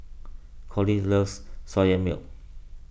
Collis loves Soya Milk